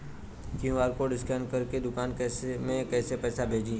QR code scan करके दुकान में पैसा कइसे भेजी?